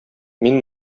мин